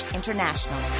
International